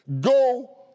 Go